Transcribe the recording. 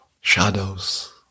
Shadows